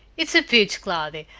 it's a peach, cloudy,